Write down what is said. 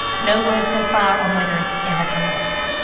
no word so far on whether it's ever coming back